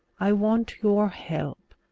i want your help,